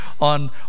on